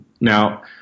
now